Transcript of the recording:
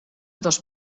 dos